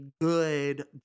good